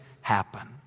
happen